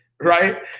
right